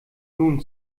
nun